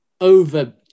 over